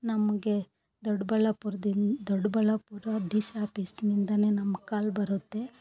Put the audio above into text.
ನಮಗೆ ದೊಡ್ಡಬಳ್ಳಾಪುರದಿನ್ Doddaballapur D C ಆಫೀಸಿನಿಂದನೇ ನಮ್ಗೆ ಕಾಲ್ ಬರುತ್ತೆ